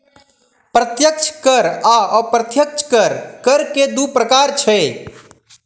प्रत्यक्ष कर आ अप्रत्यक्ष कर, कर के दू प्रकार छै